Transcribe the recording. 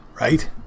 right